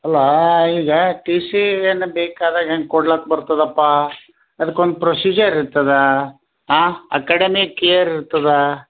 ಅಲ್ಲಈಗ T C ಏನು ಬೇಕಾದಾಗ ಹ್ಯಾಂಗೆ ಕೊಡ್ಲಾಕೆ ಬರ್ತದಪ್ಪ ಅದ್ಕೊಂದು ಪ್ರೊಸೀಜರ್ ಇರ್ತದೆ ಹಾಂ ಅಕಾಡಮಿಕ್ ಇಯರ್ ಇರ್ತದೆ